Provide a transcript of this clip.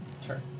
sure